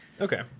Okay